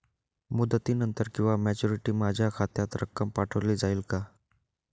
मुदतीनंतर किंवा मॅच्युरिटी माझ्या खात्यात रक्कम पाठवली जाईल का?